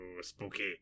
spooky